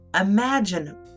imagine